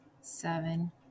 seven